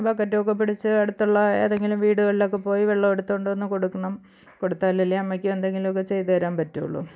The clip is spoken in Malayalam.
ബക്കറ്റ് ഒക്കെ പിടിച്ച് അടുത്തുള്ള ഏതെങ്കിലും വീടുകളിലൊക്ക പോയി വെള്ളം എടുത്തുകൊണ്ട് വന്ന് കൊടുക്കണം കൊടുത്താലല്ലേ അമ്മയ്ക്കും എന്തെങ്കിലുമൊക്കെ ചെയ്തുതരാന് പറ്റുള്ളൂ